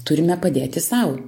turime padėti sau